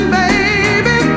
baby